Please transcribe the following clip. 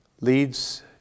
leads